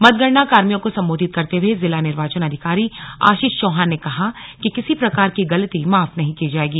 मतगणना कार्मियों को सम्बोन्धित करते हुए जिला निर्वाचन अधिकारी आशीष चौहान ने कहा कि किसी प्रकार की गलती माफ नहीं की जाएगी